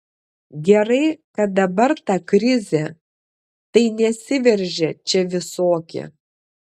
gerai kad dabar ta krizė tai nesiveržia čia visokie